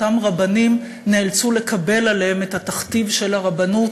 אותם רבנים נאלצו לקבל עליהם את התכתיב של הרבנות